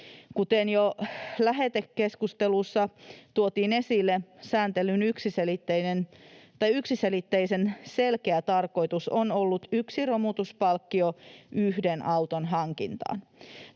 Kuten jo lähetekeskustelussa tuotiin esille, sääntelyn yksiselitteisen selkeä tarkoitus on ollut yksi romutuspalkkio yhden auton hankintaan.